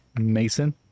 Mason